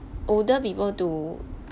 older people too